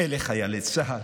אלה חיילי צה"ל,